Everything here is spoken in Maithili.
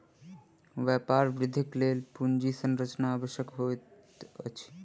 व्यापार वृद्धिक लेल पूंजी संरचना आवश्यक होइत अछि